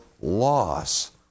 loss